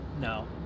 No